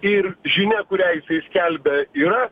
ir žinia kurią skelbia yra